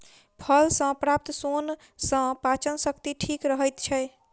फल सॅ प्राप्त सोन सॅ पाचन शक्ति ठीक रहैत छै